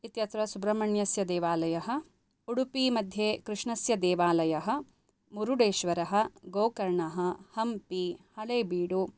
इत्यत्र सुब्रह्मण्यस्य देवालयः उडुपिमध्ये कृष्णस्य देवालयः मुरुडेश्वरः गोकर्णः हम्पि हळेबीडु